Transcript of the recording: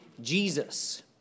Jesus